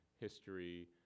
history